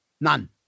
none